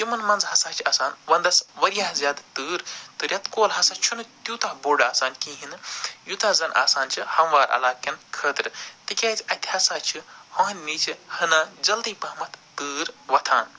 تِمن منٛز ہَسا چھِ آسان ونٛدس وارِیاہ زیادٕ تۭر تہٕ رٮ۪تہٕ کول ہسا چھُنہٕ تیوٗتاہ بوٚڑ آسان کِہیٖنۍ نہٕ یوٗتاہ زن آسان چھُ ہموار علاقین خٲطرٕ تِکیٛازِ اَتہِ ہَسا چھِ ہۄہن نِزِ ہنا جلدی پہمتھ تۭر وۄتھان